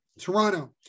Toronto